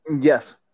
Yes